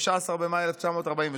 15 במאי 1948,